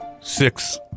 Six